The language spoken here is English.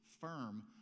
firm